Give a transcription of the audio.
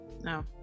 no